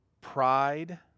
Pride